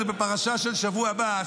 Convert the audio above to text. זאת הפרשה של השבוע הבא,